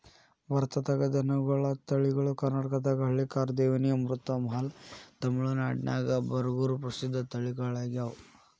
ಭಾರತದಾಗ ದನಗೋಳ ತಳಿಗಳು ಕರ್ನಾಟಕದಾಗ ಹಳ್ಳಿಕಾರ್, ದೇವನಿ, ಅಮೃತಮಹಲ್, ತಮಿಳನಾಡಿನ್ಯಾಗ ಬರಗೂರು ಪ್ರಸಿದ್ಧ ತಳಿಗಳಗ್ಯಾವ